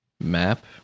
Map